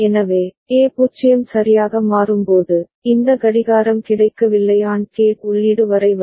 எனவே A 0 சரியாக மாறும்போது இந்த கடிகாரம் கிடைக்கவில்லை AND கேட் உள்ளீடு வரை வரும்